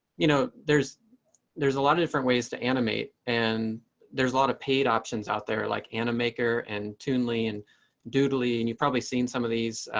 you know, there's there's a lot of different ways to animate and there's a lot of paid options out there like animemaker and toon lee and doodly. and you've probably seen some of these.